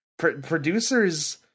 producers